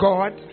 God